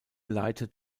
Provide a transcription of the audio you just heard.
leitet